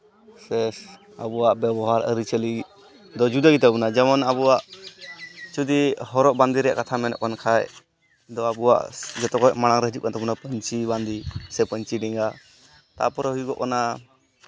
ᱥᱮ ᱟᱵᱚᱣᱟᱜ ᱵᱮᱣᱦᱟᱨ ᱟᱹᱨᱤᱪᱟᱹᱞᱤ ᱫᱚ ᱡᱩᱫᱟᱹ ᱜᱮᱛᱟ ᱵᱚᱱᱟ ᱡᱮᱢᱚᱱ ᱟᱵᱚᱣᱟᱜ ᱡᱩᱫᱤ ᱦᱚᱨᱚᱜ ᱵᱟᱸᱫᱮ ᱨᱮᱭᱟᱜ ᱠᱟᱛᱷᱟ ᱢᱮᱱᱚᱜ ᱠᱟᱱ ᱠᱷᱟᱱ ᱫᱚ ᱟᱵᱚᱣᱟᱜ ᱡᱚᱛᱚᱠᱷᱚᱱ ᱢᱟᱲᱟᱝ ᱨᱮ ᱦᱤᱡᱩᱜ ᱠᱟᱱ ᱛᱟᱵᱚᱱᱟ ᱯᱟᱹᱧᱪᱤ ᱵᱟᱸᱫᱮ ᱥᱮ ᱯᱟᱹᱧᱪᱤ ᱰᱮᱸᱜᱟ ᱛᱟᱨᱯᱚᱨᱮ ᱦᱩᱭᱩᱜ ᱠᱟᱱᱟ